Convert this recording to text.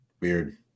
weird